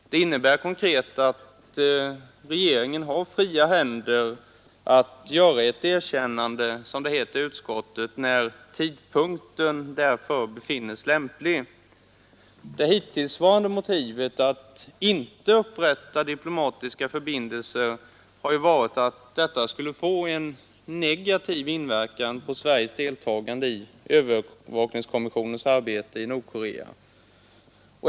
Detta innebär konkret att regeringen har fria händer att göra ett erkännande när, som det heter i betänkandet, ”tidpunkten därför befinnes lämplig”. Det hittillsvarande motivet för att inte upprätta diplomatiska förbindelser har varit att erkännandet skulle få en negativ inverkan på Sveriges deltagande i övervakningskommissionens arbete i Korea.